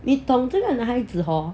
你懂这个男孩子 hor